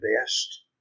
best